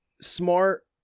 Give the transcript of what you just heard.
smart